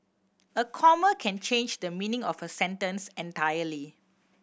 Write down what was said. a comma can change the meaning of a sentence entirely